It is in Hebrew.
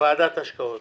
ועדת השקעות